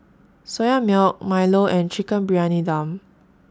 Soya Milk Milo and Chicken Briyani Dum